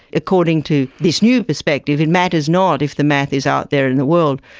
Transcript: according to this new perspective it matters not if the math is out there in the world,